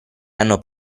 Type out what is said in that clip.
hanno